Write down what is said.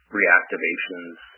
reactivations